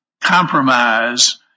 compromise